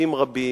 מבתים רבים.